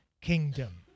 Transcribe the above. kingdom